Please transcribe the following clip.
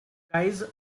guys